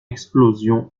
explosion